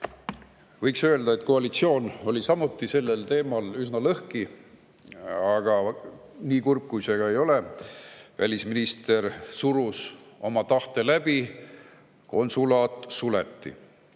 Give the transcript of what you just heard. Võiks öelda, et koalitsioon oli samuti sellel teemal üsna lõhki, aga nii kurb kui see ka ei ole, välisminister surus oma tahte läbi ja konsulaat suleti.